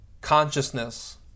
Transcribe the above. consciousness